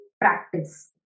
practice